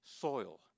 soil